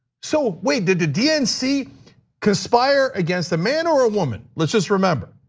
so wait, did the dnc conspire against the man or a woman? let's just remember,